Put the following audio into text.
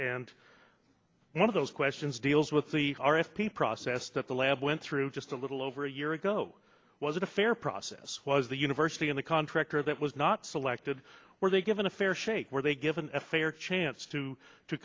and one of those questions deals with the r f p process that the lab went through just a little over a year ago was a fair process was the university and the contractors that was not selected were they given a fair shake were they given a fair chance to to